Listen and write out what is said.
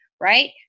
right